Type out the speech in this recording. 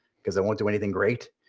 cause it won't do anything great.